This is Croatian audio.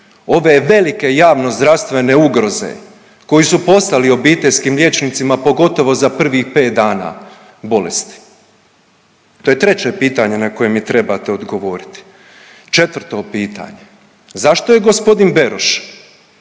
ove velike javnozdravstvene ugroze koje su poslali obiteljskim liječnicima, pogotovo za prvih pet dana bolesti? To je treće pitanje na koje mi trebate odgovoriti. Četvrto pitanje, zašto je g. Beroš